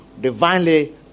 divinely